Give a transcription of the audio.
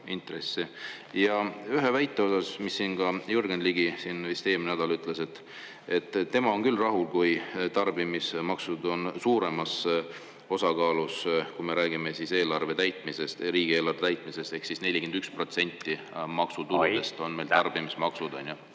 Ja ühe väite osas, mis siin ka Jürgen Ligi vist eelmine nädal ütles, et tema on küll rahul, kui tarbimismaksud on suuremas osakaalus, kui me räägime riigieelarve täitmisest. Ehk 41% maksutuludest on meil tarbimismaksud,